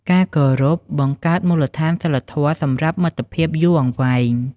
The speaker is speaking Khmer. ការគោរពបង្កើតមូលដ្ឋានសីលធម៌សម្រាប់មិត្តភាពយូរអង្វែង។